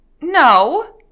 No